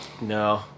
No